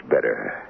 better